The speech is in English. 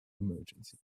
emergency